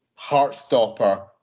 Heartstopper